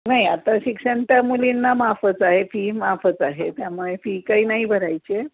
नाही आता शिक्षण त्या मुलींना माफच आहे फी माफच आहे त्यामुळे फी काही नाही भरायची आहे